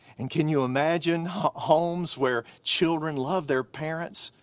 and can you imagine homes where children love their parents,